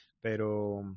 Pero